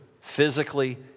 physically